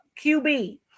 QB